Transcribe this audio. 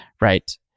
Right